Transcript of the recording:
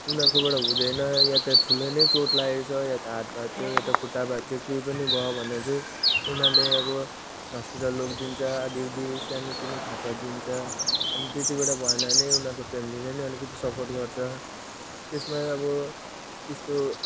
उनीहरूकोबाट हुँदैन या त ठुलै नै चोट लागेछ या त हात भाँच्चियो खुट्टा भाँच्चियो केही पनि भयो भने चाहिँ उनीहरूले अब हस्पिटल लगिदिन्छ आधीउदी सानोतिनो खर्च दिन्छ अनि त्यतिबाट भएन भने उनीहरूको फेमिलीले नै अलिकति सपोर्ट गर्छ त्यसमा अब त्यस्तो